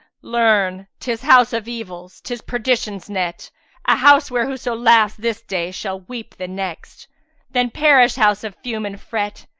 learn tis house of evils, tis perdition's net a house where whoso laughs this day shall weep the next then perish house of fume and fret!